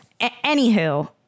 Anywho